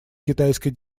китайской